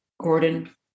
Gordon